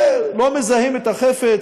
ולא מזהים את החפץ,